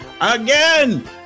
again